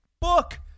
book